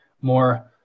more